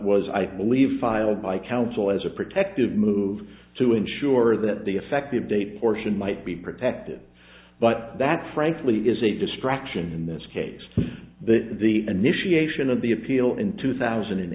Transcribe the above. was i believe filed by counsel as a protective move to ensure that the effective date portion might be protected but that frankly is a distraction in this case that the initiation of the appeal in two thousand and